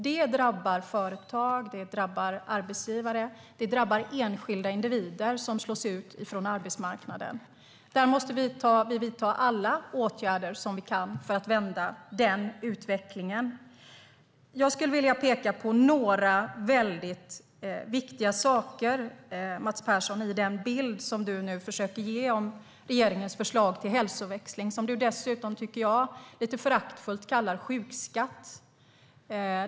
Det drabbar företag, arbetsgivare och enskilda individer som slås ut från arbetsmarknaden. Vi måste vidta alla åtgärder vi kan för att vända utvecklingen. Jag skulle vilja peka på några mycket viktiga saker som Mats Persson försöker ge i sin bild av regeringens förslag till hälsoväxling. Han kallar den dessutom lite föraktfullt för sjukskatt.